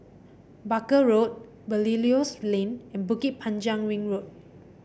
Barker Road Belilios Lane and Bukit Panjang Ring Road